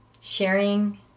sharing